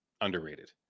underrated